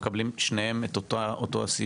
הם מקבלים שניהם את אותו הסיוע?